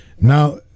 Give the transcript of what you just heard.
Now